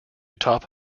top